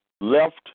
left